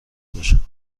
باشم